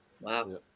Wow